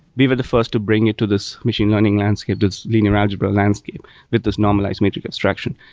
we were the first to bring it to this machine learning landscape, this linear algebra landscape with this normalized matrix abstraction.